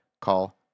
call